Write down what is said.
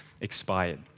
expired